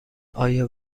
آیا